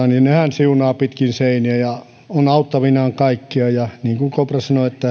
siunaa pitkin seiniä ja on auttavinaan kaikkia ja niin kuin kopra